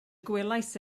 gwelais